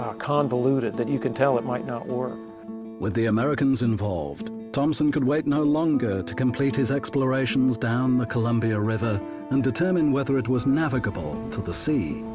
ah convoluted that you can tell it might not work with the americans involved, thompson could wait no longer to complete his explorations down the columbia river and determine whether it was navigable to the sea.